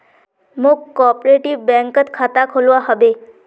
मौक कॉपरेटिव बैंकत खाता खोलवा हबे